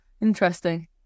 Interesting